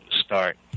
start